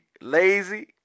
lazy